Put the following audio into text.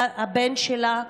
הבן שלה,